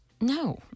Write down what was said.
No